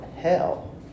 hell